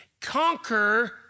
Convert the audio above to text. conquer